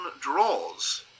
draws